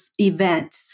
event